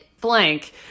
blank